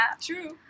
true